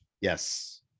yes